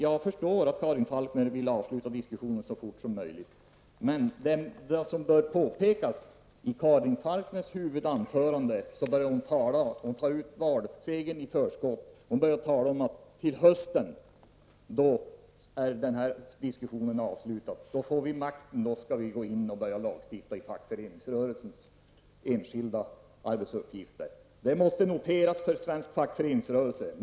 Jag förstår att Karin Falkmer vill avsluta diskussionen så fort som möjligt, men en sak bör påpekas: Karin Falkmer börjar i sitt huvudanförande tala om valseger och ta den i förskott. Hon säger att i höst är denna diskussion avslutad. Då får de borgerliga makten och börjar lagstifta om fackföreningarnas enskilda arbetsuppgifter. Det måste noteras för den svenska fackföreningsrörelsen.